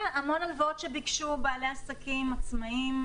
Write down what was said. המון הלוואות שביקשו בעלי עסקים עצמאים,